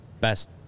best